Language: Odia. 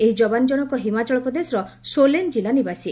ଏହି ଯବାନ୍ ଜଣକ ହିମାଚଳ ପ୍ରଦେଶର ସୋଲନ୍ ଜିଲ୍ଲା ନିବାସୀ